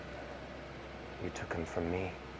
and you took him from me.